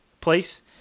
place